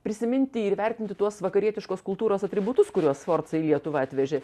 prisiminti ir įvertinti tuos vakarietiškos kultūros atributus kuriuos sforca į lietuvą atvežė